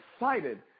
excited